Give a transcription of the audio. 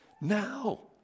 now